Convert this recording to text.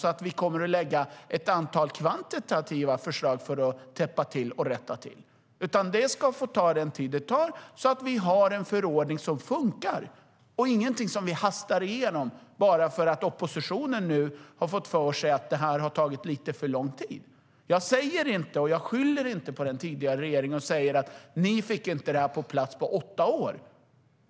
Vi ska inte bara lägga ett antal kvantitativa förslag för att täppa till och rätta till. Det ska få ta den tid det tar så att vi har en förordning som funkar. Det får inte blir något som vi hastar igenom bara för att oppositionen nu har fått för sig att det hela tagit för lång tid. Jag skyller inte på den förra regeringen och säger att de inte fick detta på plats under åtta år.